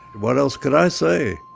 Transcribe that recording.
what else could i say,